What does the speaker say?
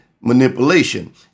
manipulation